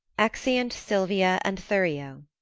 exeunt silvia and thurio